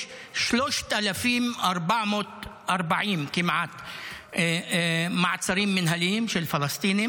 יש כמעט 3,440 מעצרים מינהליים של פלסטינים